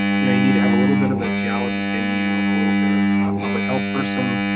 you know you need to have a little bit of a geologist in you and a little bit of a public health person,